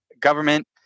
government